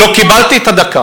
אני לא קיבלתי את הדקה.